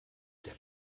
der